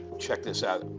check this out.